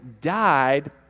died